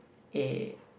a